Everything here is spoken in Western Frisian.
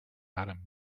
harren